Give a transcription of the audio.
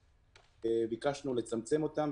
וביקשנו לצמצמם אותם,